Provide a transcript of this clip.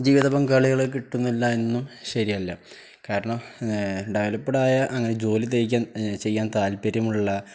ജീവിതപങ്കാളികളെ കിട്ടുന്നില്ല എന്നൊന്നും ശരിയല്ല കാരണം ഡെവലപ്പ്ഡായ അങ്ങനെ ജോലി ചെയ്യാൻ താല്പര്യമുള്ള